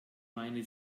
meine